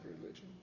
religion